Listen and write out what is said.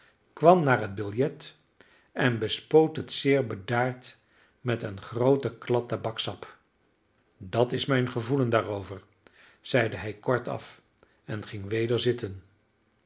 kwam naar het biljet en bespoot het zeer bedaard met een groote klad tabakssap dat is mijn gevoelen daarover zeide hij kortaf en ging weder zitten